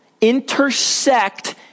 intersect